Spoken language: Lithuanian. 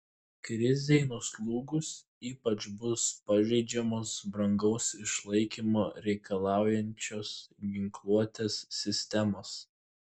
krizei nuslūgus ypač bus pažeidžiamos brangaus išlaikymo reikalaujančios ginkluotės sistemos